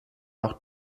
auch